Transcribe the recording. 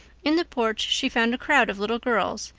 in the porch she found a crowd of little girls,